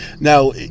Now